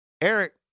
Eric